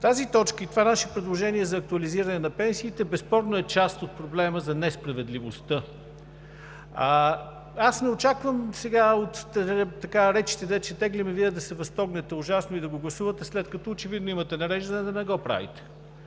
Тази точка и това наше предложение за актуализиране на пенсиите безспорно е част от проблема за несправедливостта. Не очаквам сега от речите Вие да се възторгнете ужасно и да го гласувате, след като очевидно имате нареждане да не го правите.